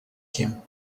him